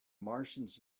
martians